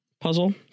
puzzle